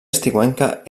estiuenca